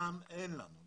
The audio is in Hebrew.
אין לנו זמן,